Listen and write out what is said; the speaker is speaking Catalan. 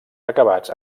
acabats